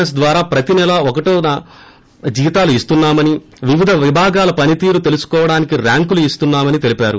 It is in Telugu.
ఎస్ ద్వారా ప్రతి నెల ఒకటిన జీతాలు ఇస్తున్నా మని వివిధ విభాగాల పనితీరు తెలుసుకోవడానికి ర్యాంకులు ణస్తున్నామని తెలిపారు